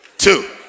Two